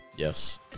Yes